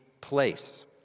place